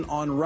on